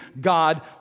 God